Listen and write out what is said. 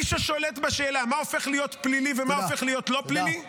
מי ששולט בשאלה מה הופך להיות פלילי ומה הופך להיות לא פלילי -- תודה,